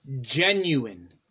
Genuine